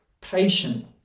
patient